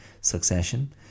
Succession